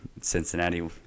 Cincinnati